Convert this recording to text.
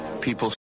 people